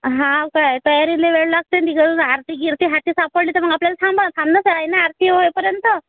हो काय तयारीला वेळ लागते मी घरून आरती गीरती आहे ती सापडली तर मग आपल्याला थांबवा थांबणंच आहे ना मग आरती होईपर्यंत